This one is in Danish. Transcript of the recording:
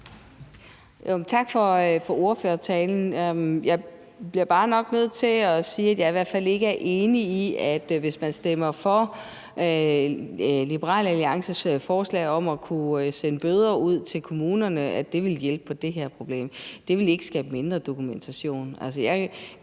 Tak for ordførertalen. Jeg bliver bare nok nødt til at sige, at jeg i hvert fald ikke er enig i, at det vil hjælpe på det her problem, hvis man stemmer for Liberal Alliances forslag om at kunne sende bøder ud til kommunerne. Det vil ikke skabe mindre dokumentation.